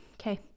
Okay